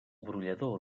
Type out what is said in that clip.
brollador